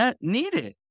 needed